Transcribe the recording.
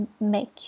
make